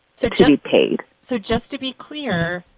to to be paid so just to be clear.